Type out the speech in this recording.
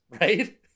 right